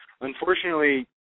Unfortunately